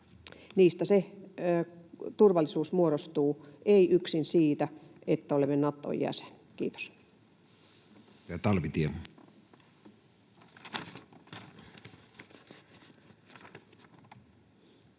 Niistä se turvallisuus muodostuu, ei yksin siitä, että olemme Naton jäsen. — Kiitos.